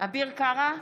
אביר קארה,